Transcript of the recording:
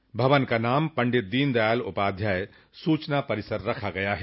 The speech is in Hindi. इस भवन का नाम पंडित दीन दयाल उपाध्याय सूचना परिसर रखा गया है